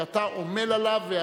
שאתה עמל עליו,